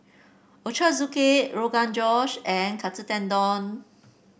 Ochazuke Rogan Josh and Katsu Tendon